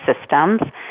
systems